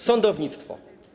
Sądownictwo.